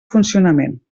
funcionament